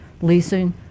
leasing